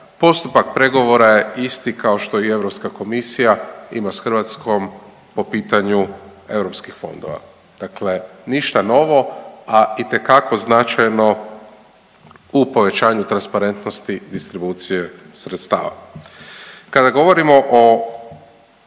Postupak pregovora je isti kao što i Europska komisija ima s Hrvatskom po pitanju europskih fondova, dakle ništa novo, a itekako značajno u povećanju transparentnosti distribucije sredstava. Kada govorimo o